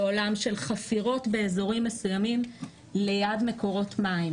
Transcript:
בעולם של חפירות באזורים מסוימים ליד מקורות מים,